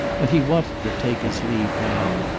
and he wanted to take his leave now,